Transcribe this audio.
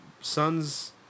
son's